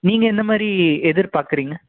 நீங்கள் எந்த மாதிரி எதிர்பார்க்கிறீங்க